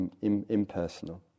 impersonal